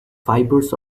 fibers